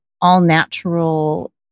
all-natural